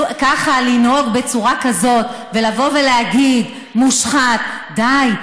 ככה, לנהוג בצורה כזו, לבוא ולהגיד: מושחת, די.